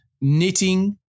knitting